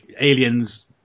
aliens